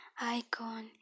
Icon